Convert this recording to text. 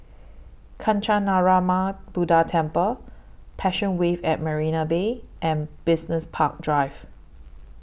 Kancanarama Buddha Temple Passion Wave At Marina Bay and Business Park Drive